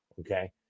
Okay